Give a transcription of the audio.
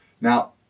Now